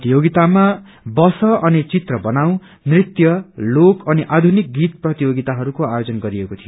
प्रतियोगितामा बस अनि चित्र बनाऊ नृत्यु लोङ अनि आपुनिक गीत प्रतियोगिताछस्को आयोजन गरिएको थियो